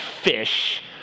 fish